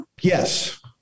Yes